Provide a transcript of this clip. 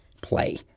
play